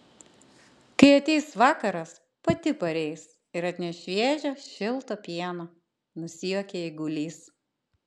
kai ateis vakaras pati pareis ir atneš šviežio šilto pieno nusijuokė eigulys